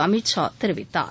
அமித் ஷா தெரிவித்தார்